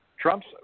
Trump's